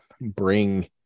bring